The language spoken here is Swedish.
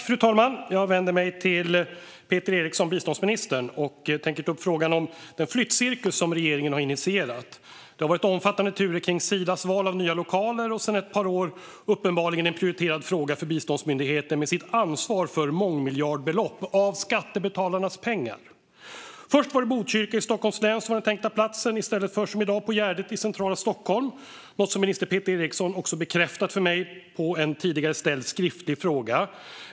Fru talman! Jag vänder mig till Peter Eriksson, biståndsministern, och tänker ta upp frågan om den flyttcirkus som regeringen har initierat. Det har varit omfattande turer runt Sidas val av nya lokaler, och sedan ett par år är det uppenbarligen en prioriterad fråga för biståndsmyndigheten med sitt ansvar för mångmiljardbelopp av skattebetalarnas pengar. Först var det Botkyrka i Stockholms län som var den tänkta platsen i stället för som i dag på Gärdet i centrala Stockholm. Det är något som minister Peter Eriksson har bekräftat för mig på en tidigare ställd skriftlig fråga.